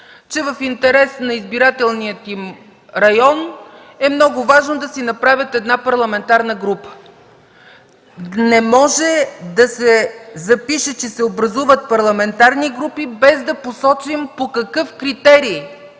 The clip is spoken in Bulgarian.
че в интерес на избирателния им район е много важно да си направят една парламентарна група. Не може да се запише, че се образуват парламентарни групи, без да посочим по какъв критерии